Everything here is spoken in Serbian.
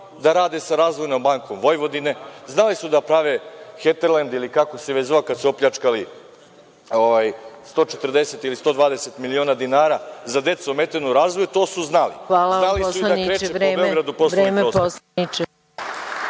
da rade sa Razvojnom bankom Vojvodine, znali su da prave Heterlend, ili kako se već zvao kad su opljačkali 140 ili 120 miliona dinara za decu ometenu u razvoju, to su znali. Dali su im da kreče po Beogradu poslovni prostor.